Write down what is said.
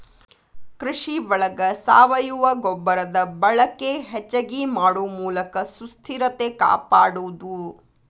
ಕೃಷಿ ಒಳಗ ಸಾವಯುವ ಗೊಬ್ಬರದ ಬಳಕೆ ಹೆಚಗಿ ಮಾಡು ಮೂಲಕ ಸುಸ್ಥಿರತೆ ಕಾಪಾಡುದು